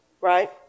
Right